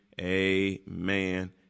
amen